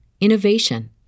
innovation